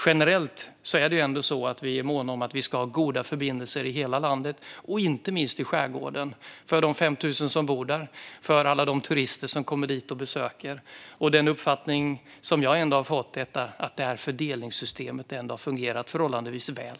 Generellt är vi måna om att vi ska ha goda förbindelser i hela landet och inte minst i skärgården för de 5 000 som bor där och för alla de turister som kommer dit på besök. Den uppfattning som jag har fått är att det här fördelningssystemet ändå har fungerat förhållandevis väl.